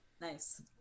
Nice